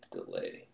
Delay